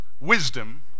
Wisdom